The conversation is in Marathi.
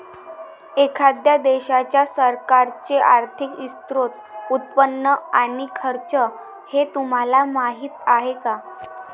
एखाद्या देशाच्या सरकारचे आर्थिक स्त्रोत, उत्पन्न आणि खर्च हे तुम्हाला माहीत आहे का